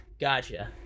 Gotcha